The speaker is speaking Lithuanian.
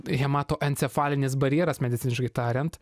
hematoencefalinis barjeras mediciniškai tariant